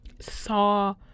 saw